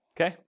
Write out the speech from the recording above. Okay